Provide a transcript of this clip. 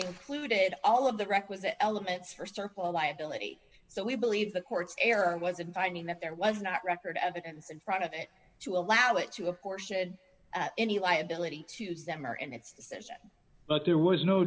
included all of the requisite elements for circle liability so we believe the court's error was in finding that there was not record evidence in front of it to allow it to apportion any liability to use them or in its decision but there was no